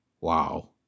Wow